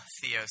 theos